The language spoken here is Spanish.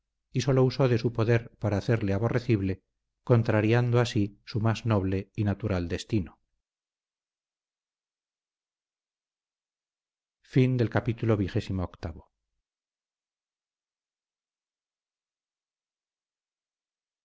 y sólo usó de su poder para hacerle aborrecible contrariando así su más noble y natural destino